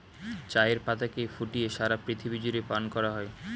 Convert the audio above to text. চায়ের পাতাকে ফুটিয়ে সারা পৃথিবী জুড়ে পান করা হয়